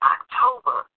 October